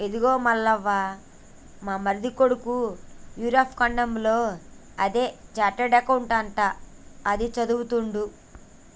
ఇదిగో మల్లవ్వ మా మరిది కొడుకు యూరప్ ఖండంలో అది చార్టెడ్ అకౌంట్ అంట అది చదువుతుండు